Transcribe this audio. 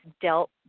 dealt